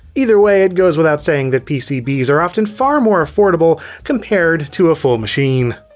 either way, it goes without saying that pcbs are often far more affordable compared to a full machine.